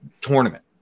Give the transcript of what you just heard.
tournament